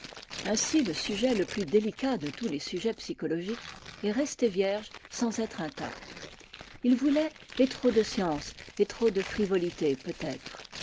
ainsi le sujet le plus délicat de tous les sujets psychologiques est resté vierge sans être intact il voulait et trop de science et trop de frivolité peut-être